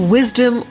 Wisdom